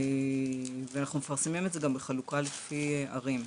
אנחנו מפרסמים את זה גם בחלוקה לפי ערים,